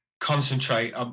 concentrate